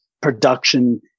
production